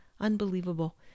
unbelievable